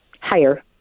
Higher